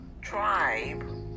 tribe